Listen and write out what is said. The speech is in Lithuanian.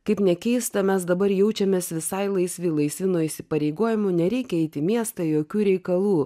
kaip nekeista mes dabar jaučiamės visai laisvi laisvi nuo įsipareigojimų nereikia eiti į miestą jokių reikalų